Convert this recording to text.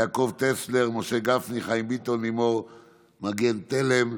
יעקב טסלר, משה גפני, חיים ביטון, לימור מגן תלם,